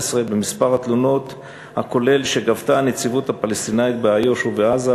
במספר התלונות הכולל שגבתה הנציבות הפלסטינית באיו"ש ובעזה,